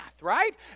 right